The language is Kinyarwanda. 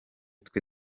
twe